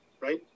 right